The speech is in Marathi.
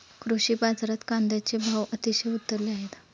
कृषी बाजारात कांद्याचे भाव अतिशय उतरले आहेत